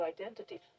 identity